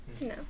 No